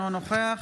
אינו נוכח